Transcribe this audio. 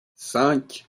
cinq